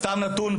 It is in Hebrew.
סתם נתון,